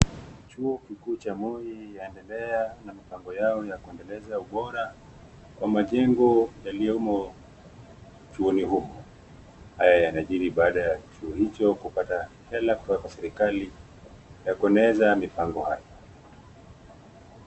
Chuo kikuu cha Moi yaendelea na mipango yao ya kuendeleza ubora kwa majengo yaliyomo chuoni humo. Haya yanajiri baada ya chuo hicho kupata hela kutoka kwa serikali ya kueneza mipango hayo.